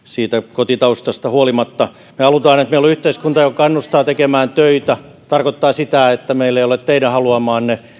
kotitaustasta huolimatta me haluamme että meillä on yhteiskunta joka kannustaa tekemään töitä se tarkoittaa sitä että meillä ei ole teidän haluamaanne